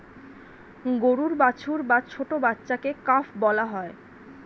গরুর বাছুর বা ছোট্ট বাচ্ছাকে কাফ বলা হয়